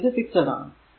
എന്നാൽ ഇത് ഫിക്സഡ് ആണ്